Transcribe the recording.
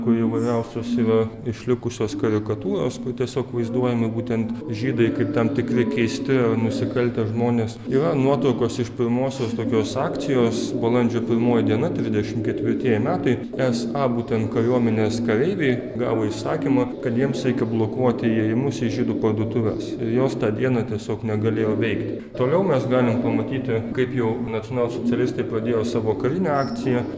kur įvairiausios yra išlikusios karikatūros kur tiesiog vaizduojami būtent žydai kaip tam tikri keisti nusikaltę žmonės yra nuotraukos iš pirmosios tokios akcijos balandžio pirmoji diena trisdešimt ketvirtieji metai es a būtent kariuomenės kareiviai gavo įsakymą kad jiems reikia blokuoti įėjimus į žydų parduotuves jos tą dieną tiesiog negalėjo veikti toliau mes galim pamatyti kaip jau nacionalsocialistai pradėjo savo karinę akciją